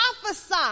prophesy